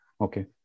Okay